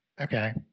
Okay